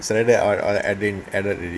selected all all everything added already